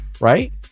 right